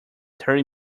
thirty